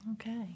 Okay